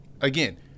again